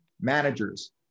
Managers